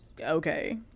Okay